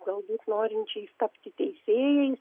galbūt norinčiais tapti teisėjais